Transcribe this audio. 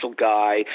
guy